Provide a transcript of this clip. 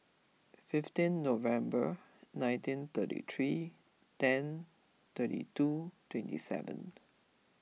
fifteen November nineteen thirty three ten thirty two twenty seven